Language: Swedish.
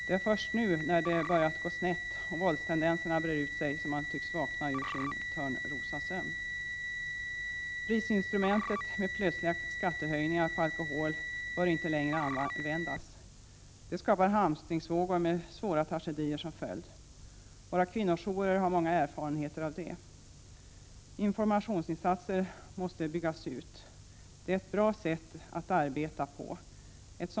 Det är först nu när det börjat gå snett och våldstendenserna brer ut sig som man tycks vakna ur sin törnrosasömn. Prisinstrumentet med plötsliga skattehöjningar på alkohol får inte längre användas. Det skapar hamstringsvågor med svåra tragedier som följd. Våra kvinnojourer har många erfarenheter av det. Informationsinsatser måste byggas ut. Det är ett bra sätt att arbeta på.